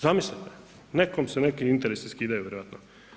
Zamislite, nekome se neki interesi skidaju vjerojatno.